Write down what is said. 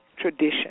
tradition